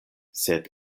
sed